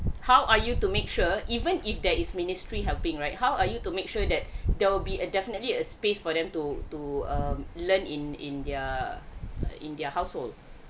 how are you to make sure even if there is ministry helping right how are you to make sure that there will be a definitely a space for them to to um learn in in their in their household